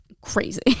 crazy